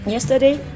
Yesterday